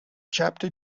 chapter